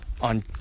on